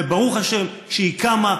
וברוך השם שהיא קמה,